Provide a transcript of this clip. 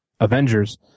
Avengers